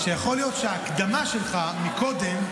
שיכול להיות שההקדמה שלך מקודם,